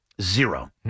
Zero